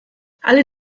alle